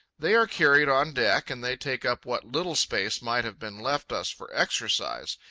they are carried on deck, and they take up what little space might have been left us for exercise.